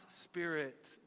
Spirit